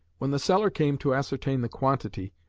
when the seller came to ascertain the quantity,